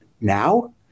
now